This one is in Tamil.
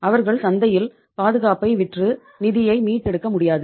அவர்கள் சந்தையில் பாதுகாப்பை விற்று நிதியை மீட்டெடுக்க முடியாது